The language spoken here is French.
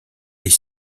est